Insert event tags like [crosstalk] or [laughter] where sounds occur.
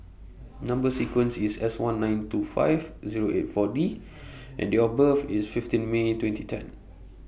Number [noise] sequence IS S one nine two five Zero eight four D [noise] and Date of birth IS fifteen May twenty ten